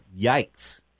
Yikes